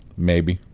maybe